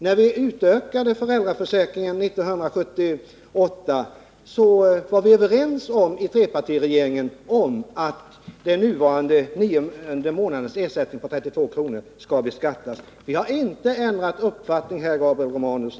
När vi utökade föräldraförsäkringen 1978 var vi i trepartiregeringen överens om att den nuvarande nionde månadens ersättning med 32 kr. om dagen skulle beskattas, och vi har inte ändrat uppfattning härom, Gabriel Romanus.